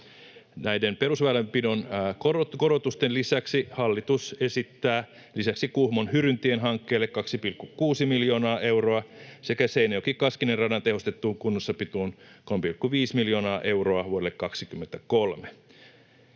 Näiden perusväylänpidon korotusten lisäksi hallitus esittää Kuhmon Hyryntien hankkeelle 2,6 miljoonaa euroa sekä Seinäjoki—Kaskinen-radan tehostettuun kunnossapitoon 3,5 miljoonaa euroa vuodelle 23.